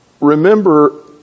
Remember